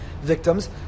victims